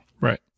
Right